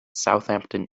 southampton